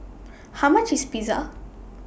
How much IS Pizza